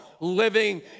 Living